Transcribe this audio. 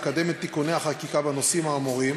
המקדם את תיקוני החקיקה בנושאים האמורים,